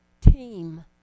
team